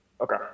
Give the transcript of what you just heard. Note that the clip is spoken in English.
okay